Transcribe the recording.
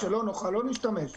כשלא נוכל, לא נשתמש.